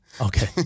Okay